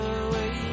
away